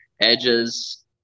edges